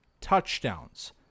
touchdowns